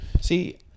See